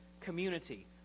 community